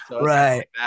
right